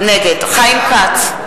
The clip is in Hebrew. נגד חיים כץ,